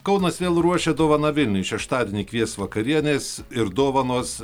kaunas vėl ruošia dovaną vilniui šeštadienį kvies vakarienės ir dovanos